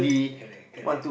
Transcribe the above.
correct correct